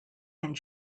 and